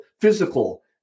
physical